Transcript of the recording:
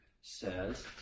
says